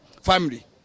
family